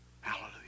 hallelujah